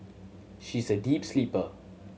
she's a deep sleeper